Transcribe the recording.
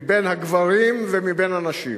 מבין הגברים ומבין הנשים.